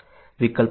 વિકલ્પો શોધો